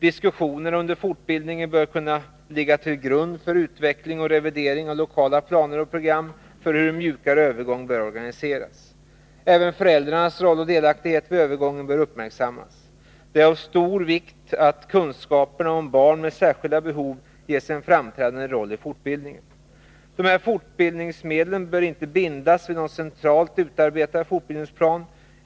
Diskussionerna under fortbildningen bör kunna ligga till grund för utveckling och revidering av lokala planer och program för hur en mjukare övergång bör organiseras. Även föräldrarnas roll och delaktighet vid övergången bör uppmärksammas. Det är av stor vikt att kunskaperna om barn med särskilda behov ges en framträdande roll i fortbildningen. Dessa fortbildningsmedel bör inte bindas vid någon centralt utarbetad fortbildningsplan.